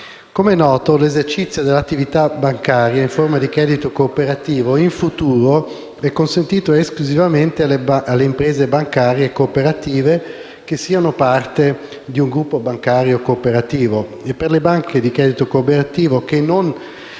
Com'è noto, l'esercizio dell'attività bancaria in forma di credito cooperativo in futuro è consentito esclusivamente alle imprese bancarie cooperative che siano parte di un gruppo bancario cooperativo.